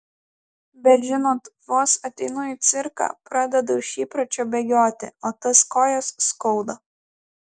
bet žinot vos ateinu į cirką pradedu iš įpročio bėgioti o tas kojas skauda